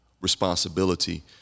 responsibility